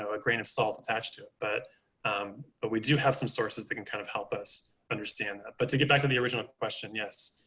a grain of salt attached to it, but, um but we do have some sources that can kind of help us understand that. but to get back to the original question, yes,